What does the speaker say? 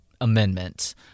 Amendment